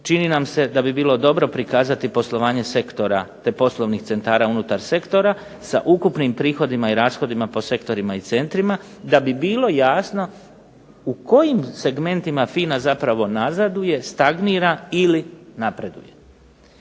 čini nam se da bi bilo dobro prikazati poslovanje sektora te poslovnih centara unutar sektora sa ukupnim prihodima i rashodima po sektorima i centrima, da bi bilo jasno u kojim segmentima FINA zapravo nazaduje, stagnira ili napreduje.